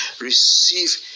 Receive